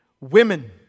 women